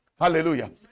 Hallelujah